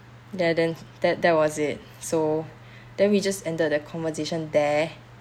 ya then that was it so then we just ended the conversation there